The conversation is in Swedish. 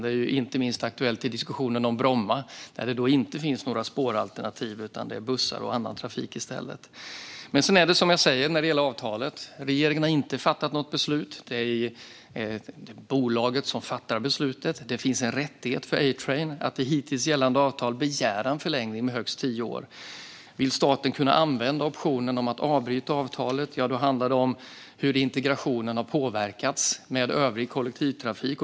Det är inte minst aktuellt i diskussionen om Bromma, dit det inte finns några spåralternativ utan i stället bussar och annan trafik. När det sedan gäller avtalet har regeringen inte fattat något beslut. Det är bolaget som fattat beslutet. Det finns en rättighet för A-Train att begära en förlängning med högst tio år av det hittills gällande avtalet. Om staten vill kunna använda optionen att avbryta avtalet handlar det om hur integrationen har påverkats med övrig kollektivtrafik.